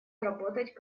работать